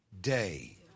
day